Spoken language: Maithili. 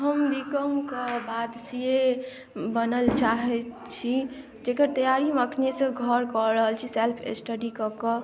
हम बीकॉमके बाद सी ए बनऽ लए चाहय छी जकर तैयारी हम एखनेसँ घर कऽ रहल छी सेल्फ स्टडी कऽ कऽ